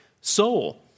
soul